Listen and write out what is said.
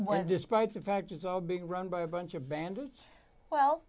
and despite the fact it's all being run by a bunch of bandits well